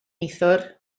neithiwr